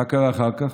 מה קרה אחר כך?